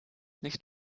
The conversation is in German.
nicht